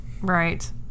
Right